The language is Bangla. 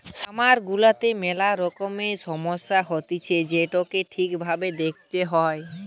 খামার গুলাতে মেলা রকমের সমস্যা হতিছে যেটোকে ঠিক ভাবে দেখতে হয়